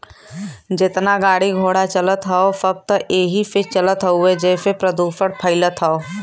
जेतना गाड़ी घोड़ा चलत हौ सब त एही से चलत हउवे जेसे प्रदुषण फइलत हौ